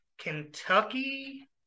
Kentucky